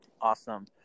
Awesome